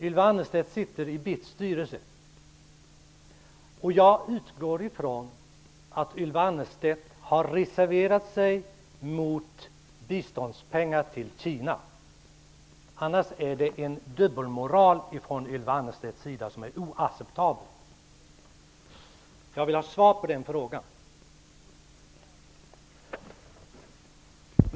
Ylva Annerstedt sitter med i BITS styrelse, och jag utgår från att hon har reserverat sig när det gäller biståndspengar till Kina, för annars är det fråga om en dubbelmoral från Ylva Annerstedts sida som är oacceptabel. Jag vill ha ett svar på den punkten.